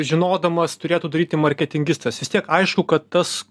žinodamas turėtų daryti marketingistas vis tiek aišku kad tas